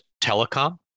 telecom